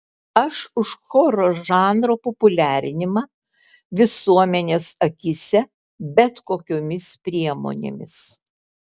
aš už choro žanro populiarinimą visuomenės akyse bet kokiomis priemonėmis